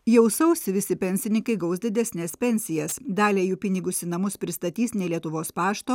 jau sausį visi pensininkai gaus didesnes pensijas daliai jų pinigus į namus pristatys ne lietuvos pašto